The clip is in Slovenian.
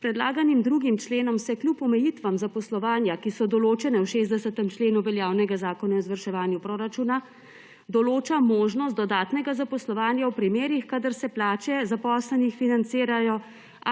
S predlaganim 2. členom se kljub omejitvam zaposlovanja, ki so določene v 60. členu veljavnega zakona o izvrševanju proračuna, določa možnost dodatnega zaposlovanja v primerih, kadar se plače zaposlenih financirajo